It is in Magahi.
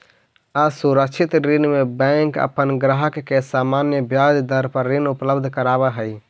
असुरक्षित ऋण में बैंक अपन ग्राहक के सामान्य ब्याज दर पर ऋण उपलब्ध करावऽ हइ